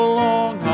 long